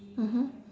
mmhmm